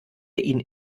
ihnen